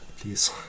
Please